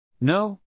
No